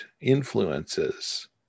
influences